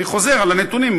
אני חוזר על הנתונים,